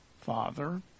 father